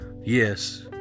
yes